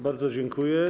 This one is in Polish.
Bardzo dziękuję.